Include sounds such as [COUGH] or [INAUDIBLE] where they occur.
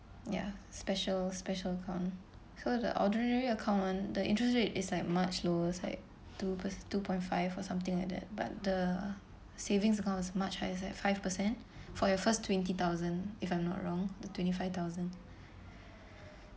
ya special special account so the ordinary account one the interest rate is like much lower it's like two pe~ two point five or something like that but the savings accounts is much higher is like five percent for your first twenty thousand if I'm not wrong the twenty five thousand [BREATH]